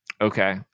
Okay